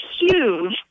huge